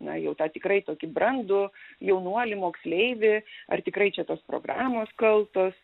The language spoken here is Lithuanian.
na jau tą tikrai tokį brandų jaunuolį moksleivį ar tikrai čia tos programos kaltos